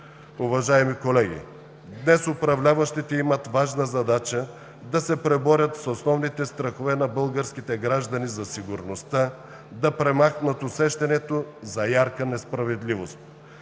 уважаеми колеги! Днес управляващите имат важна задача – да се преборят с основните страхове на българските граждани за сигурността, да премахнат усещането за ярка несправедливост.